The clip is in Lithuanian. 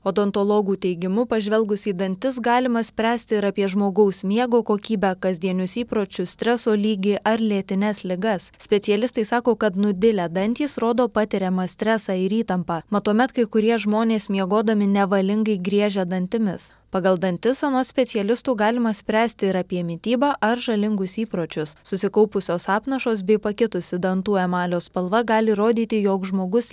odontologų teigimu pažvelgus į dantis galima spręsti ir apie žmogaus miego kokybę kasdienius įpročius streso lygį ar lėtines ligas specialistai sako kad nudilę dantys rodo patiriamą stresą ir įtampą mat tuomet kai kurie žmonės miegodami nevalingai griežia dantimis pagal dantis anot specialistų galima spręsti ir apie mitybą ar žalingus įpročius susikaupusios apnašos bei pakitusi dantų emalio spalva gali rodyti jog žmogus